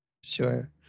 Sure